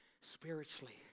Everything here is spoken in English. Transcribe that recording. spiritually